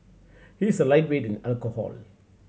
he is a lightweight in alcohol